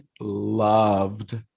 loved